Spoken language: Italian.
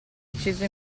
ucciso